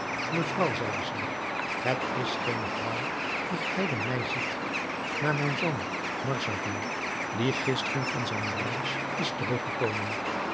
mevrouw zeide zij het is geene vrouw die gij bij mij ziet maar mijn zoon marzavan die gisteren van zijne reis is terug